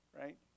right